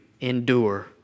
endure